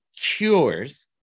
cures